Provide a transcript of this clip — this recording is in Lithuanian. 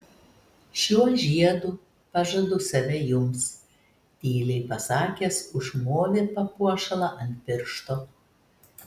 šiuo žiedu pažadu save jums tyliai pasakęs užmovė papuošalą ant piršto